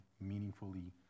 meaningfully